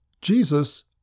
Jesus